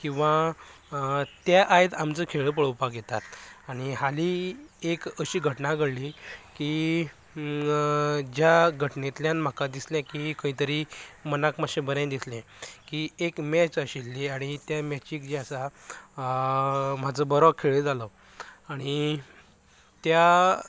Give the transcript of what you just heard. किंवां ते आयज आमचो खेळ पळोवपाक येतात आनी हाली एक अशी घटना घडली की ज्या घटनेंतल्यान म्हाका दिसलें की खंयतरी मनाक मातशें बरें दिसलें की एक मॅच आशिल्ली आनी ते मॅचीक जें आसा म्हजो बरो खेळ जालो आनी त्या